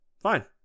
Fine